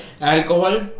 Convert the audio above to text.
Alcohol